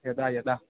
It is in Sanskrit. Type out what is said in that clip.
यदा यदा